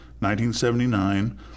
1979